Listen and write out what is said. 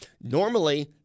Normally